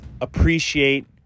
appreciate